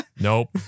nope